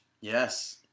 Yes